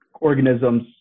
organisms